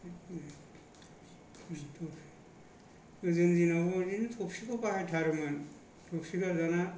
जोंनि दिनावबो बे थौसिखौ बाहायथारोमोन थौसिखौ दाना